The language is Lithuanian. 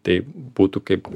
tai būtų kaip